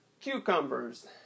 cucumbers